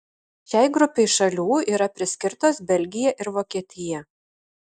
šiai grupei šalių yra priskirtos belgija ir vokietija